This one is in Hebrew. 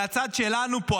מהצד שלנו פה,